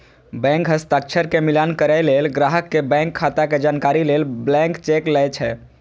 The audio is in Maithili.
बैंक हस्ताक्षर के मिलान करै लेल, ग्राहक के बैंक खाता के जानकारी लेल ब्लैंक चेक लए छै